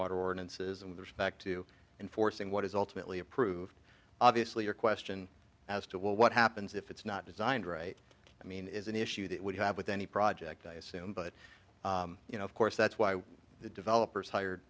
stormwater ordinances and those back to enforcing what is ultimately approved obviously a question as to well what happens if it's not designed right i mean is an issue that would have with any project i assume but you know of course that's why the developers hired